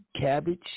Cabbage